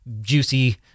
Juicy